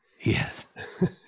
Yes